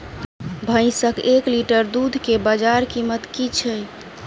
भैंसक एक लीटर दुध केँ बजार कीमत की छै?